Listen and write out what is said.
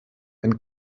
wenn